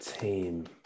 team